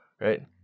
Right